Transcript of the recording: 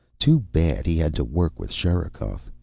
too bad he had to work with sherikov.